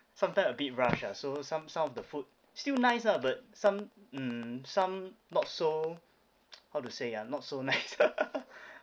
sometime a bit rush ah so some some of the food still nice lah but some mm some not so how to say ah not so nice